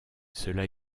cela